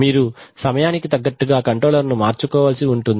మీరు సమయానికి తగ్గట్టుగా కంట్రోలర్ ను మార్చుకోవాల్సి ఉంటుంది